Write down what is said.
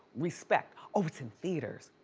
respect, oh it's in theaters.